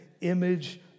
image